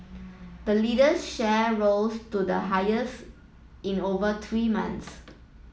the lender's share rose to their highest in over three months